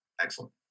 excellent